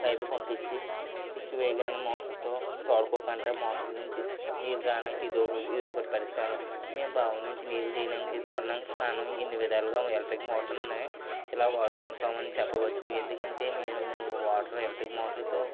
pipe పంపించి switch వేయగానే మోటర్తో తోడుకోకుండా మోటర్ నుంచి నీళ్ళు రావడానికి ఇది ఇది ఒక పరిష్కారం మేము బావి నుంచి నీళ్ళు తీయడానికి తొడడానికి కారణం ఎన్ని విధాలుగా ఎలక్ట్రికల్ మోటర్లు ఉన్నాయి ఇలా వాడుకుంటామని చెప్పవచ్చు ఎందుకంటే మీరు వాటరు ఎలక్ట్రికల్ మోటార్తో